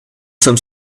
sommes